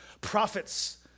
prophets